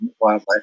Wildlife